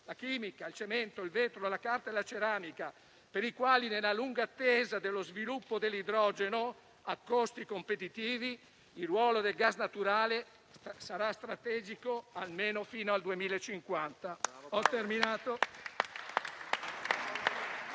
la chimica, il cemento, il vetro, la carta e la ceramica, per i quali nella lunga attesa dello sviluppo dell'idrogeno a costi competitivi, il ruolo del gas naturale sarà strategico, almeno fino al 2050.